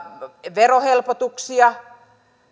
verohelpotuksia